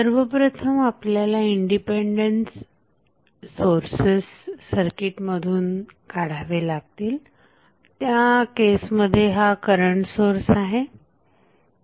सर्वप्रथम आपल्याला independence sources सर्किटमधून काढावे लागतील या केसमध्ये हा करंट सोर्स आहे